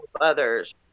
others